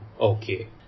okay